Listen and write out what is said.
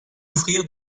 offrir